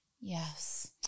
Yes